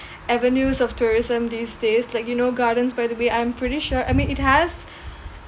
avenues of tourism these days like you know gardens by the bay I'm pretty sure I mean it has